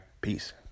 Peace